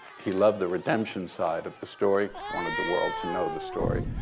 he loved the redemption side of the story, wanted the world to know the story.